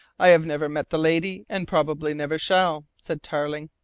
i have never met the lady and probably never shall, said tarling.